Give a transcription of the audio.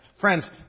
Friends